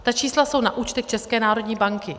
Ta čísla jsou na účtech České národní banky.